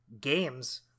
games